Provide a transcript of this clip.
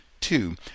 Two